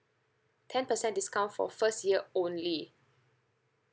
ten percent discount for first year only